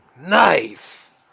Nice